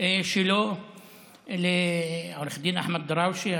שלו ולעו"ד אחמד דראושה,